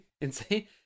Insane